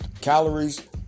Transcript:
Calories